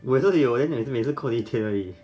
我这里有人每次每次扣你一天而已